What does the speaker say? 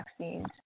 vaccines